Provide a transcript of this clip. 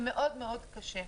זה מאוד מאוד קשה.